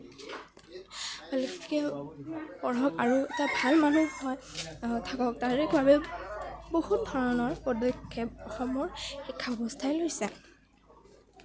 ভালকে পঢ়ক আৰু ভাল মানুহ হৈ থাকক তাৰে বাবে বহুত ধৰণৰ পদক্ষেপ অসমৰ শিক্ষা ব্যৱস্থাই লৈছে